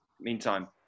meantime